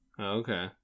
Okay